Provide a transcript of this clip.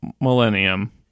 millennium